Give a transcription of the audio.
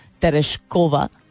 Tereshkova